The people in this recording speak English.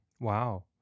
Wow